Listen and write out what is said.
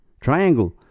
Triangle